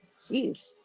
Jeez